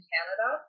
Canada